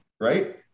Right